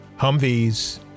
Humvees